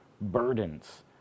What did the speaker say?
burdens